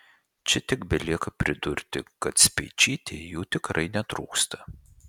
čia tik belieka pridurti kad speičytei jų tikrai netrūksta